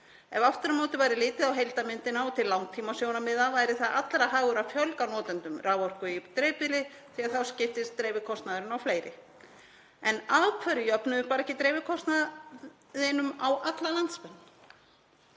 Ef aftur á móti væri litið á heildarmyndina og til langtímasjónarmiða væri það allra hagur að fjölga notendum raforku í dreifbýli því að þá skiptist dreifikostnaðurinn á fleiri. En af hverju jöfnum við ekki bara dreifikostnaðinn á alla landsmenn?